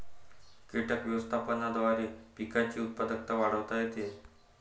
कीटक व्यवस्थापनाद्वारे पिकांची उत्पादकता वाढवता येते